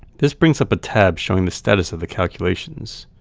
this brings up a tab showing the status of the calculations.